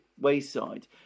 wayside